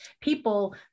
people